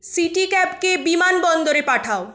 city ক্যাবকে বিমানবন্দরে পাঠাও